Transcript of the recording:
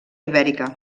ibèrica